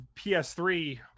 PS3